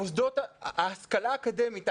ההשכלה האקדמית,